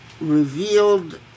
revealed